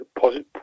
positive